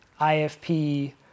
IFP